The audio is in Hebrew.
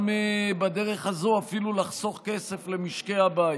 ובדרך הזאת אפילו לחסוך כסף למשקי הבית.